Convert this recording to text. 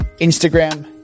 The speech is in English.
Instagram